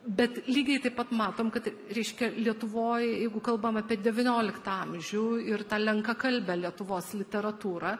bet lygiai taip pat matom kad tai reiškia lietuvoj jeigu kalbam apie devynioliktą amžių ir tą lenkakalbę lietuvos literatūrą